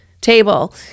table